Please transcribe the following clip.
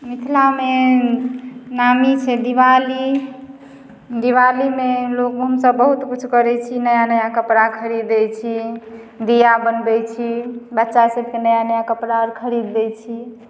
मिथिलामे नामी छै दिवाली दिवालीमे हमलोग हमसभ बहुत किछु करै छी नया नया कपड़ा खरीदै छी दिया बनबै छी बच्चासभके नया नया कपड़ा खरीद दै छी